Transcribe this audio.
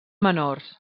menors